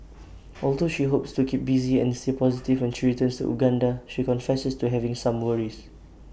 although she hopes to keep busy and stay positive when she returns to Uganda she confesses to having some worries